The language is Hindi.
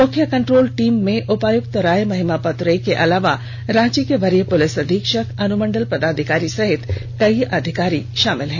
मुख्य कंट्रोल टीम में उपायक्त राय महिमापत रे के अलावा रांची के वरीय पुलिस अधीक्षक अनुमंडल पदाधिकारी सहित कई अधिकारी शामिल हैं